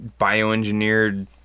bioengineered